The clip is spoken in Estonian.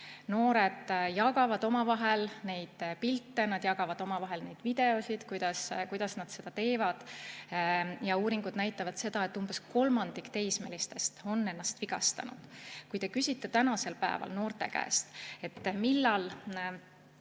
Noored jagavad omavahel neid pilte, nad jagavad omavahel videoid, kuidas nad seda teevad. Uuringud näitavad, et umbes kolmandik teismelistest on ennast vigastanud. Kui te küsite tänasel päeval noorte käest, kas